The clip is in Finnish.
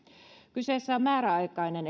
kyseessä on määräaikainen